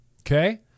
okay